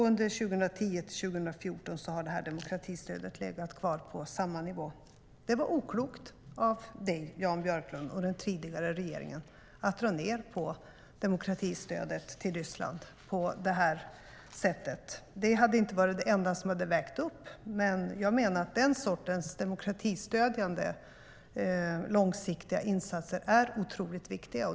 Under 2010 till 2014 har demokratistödet legat kvar på samma nivå. Det var oklokt av dig, Jan Björklund, och den tidigare regeringen att dra ned på demokratistödet till Ryssland på det här sättet. Det hade inte varit det enda som hade vägt upp detta, men jag menar att den sortens demokratistödjande långsiktiga insatser är otroligt viktiga.